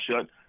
shut